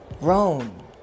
Rome